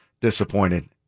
disappointed